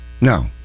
No